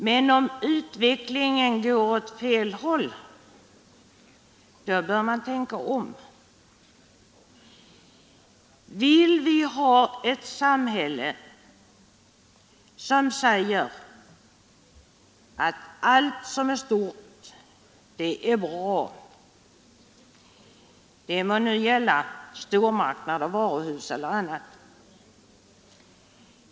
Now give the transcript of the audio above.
Men om utvecklingen går åt fel håll, bör man tänka om. Vill vi ha ett samhälle som bygger på principen att allt som är stort är bra, det må nu gälla stormarknader, varuhus eller annat?